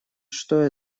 что